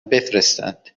بفرستند